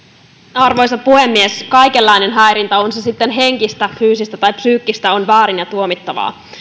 arvoisa puhemies kaikenlainen häirintä on se sitten henkistä fyysistä tai psyykkistä on väärin ja tuomittavaa